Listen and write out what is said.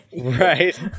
right